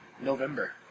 November